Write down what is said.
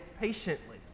patiently